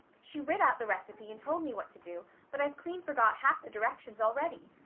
she writ out the recipe and told me what to do but i've clean forgot half the directions already.